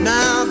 Now